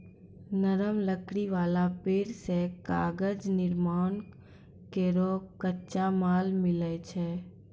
नरम लकड़ी वाला पेड़ सें कागज निर्माण केरो कच्चा माल मिलै छै